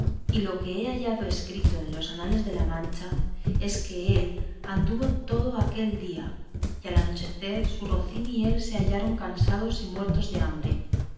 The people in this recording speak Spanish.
y lo que he hallado escrito en los anales de la mancha es que él anduvo todo aquel día y al anochecer su rocín y él se hallaron cansados y muertos de hambre